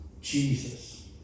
Jesus